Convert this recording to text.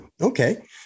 Okay